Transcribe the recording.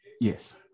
Yes